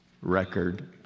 record